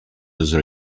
those